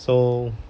so